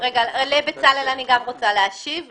אני רוצה להשיב לבצלאל.